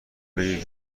بگیرید